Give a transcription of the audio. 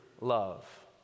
Love